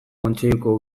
kontseiluko